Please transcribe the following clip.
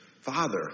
Father